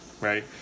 right